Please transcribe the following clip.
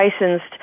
licensed